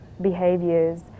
behaviors